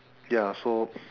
ya so